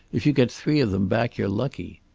if you get three of them back you're lucky.